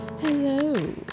Hello